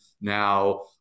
Now